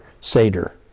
Seder